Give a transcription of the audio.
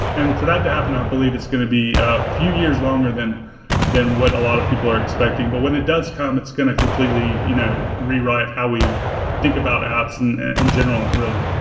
and for that to happen, i believe it's going to be a few years longer than than what a lot of people are expecting. but when it does come, it's going to completely you know rewrite how we think about apps in and general, really.